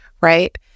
right